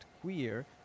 queer